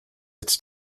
its